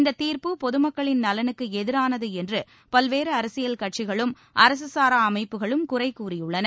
இந்த தீர்ப்பு பொதுமக்களின் நலனுக்கு எதிரானது என்று பல்வேறு அரசியல் கட்சிகளும் அரசுகாரா அமைப்புகளும் குறை கூறியுள்ளன